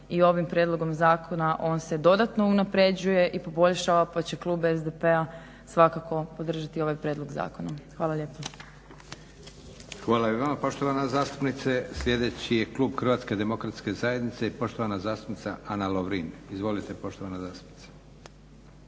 i ovim prijedlogom zakona on se dodatno unaprjeđuje i poboljšava pa će klub SDP-a svakako podržati ovaj prijedlog zakona. Hvala lijepa. **Leko, Josip (SDP)** Hvala i vama poštovana zastupnice. Sljedeći je klub HDZ-a i poštovana zastupnica Ana Lovrin. Izvolite poštovana zastupnice.